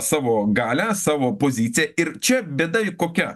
savo galią savo poziciją ir čia bėda ji kokia